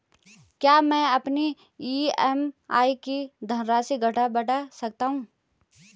क्या मैं अपनी ई.एम.आई की धनराशि घटा बढ़ा सकता हूँ?